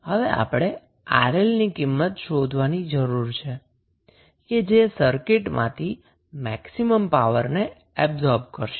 હવે આપણે 𝑅𝐿 ની કિંમત શોધવાની જરૂર છે કે જે સર્કિટમાંથી મેક્સિમમ પાવરને એબ્સોર્બ કરશે